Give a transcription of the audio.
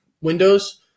windows